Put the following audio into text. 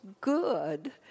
good